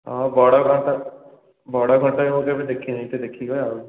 ହଁ ବଡ଼ ଘର ବଡ଼ ଘରଟା ମୁଁ କେବେ ଦେଖିନି ଯାଇକି ଟିକିଏ ଦେଖିବା ଆଉ